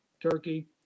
Turkey